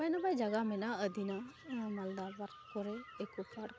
ᱱᱟᱯᱟᱭᱼᱱᱟᱯᱟᱭ ᱡᱟᱜᱟ ᱢᱮᱱᱟᱜᱼᱟ ᱟᱹᱫᱤᱱᱟ ᱢᱟᱞᱫᱟ ᱠᱚᱨᱮ ᱤᱠᱳ ᱯᱟᱨᱠ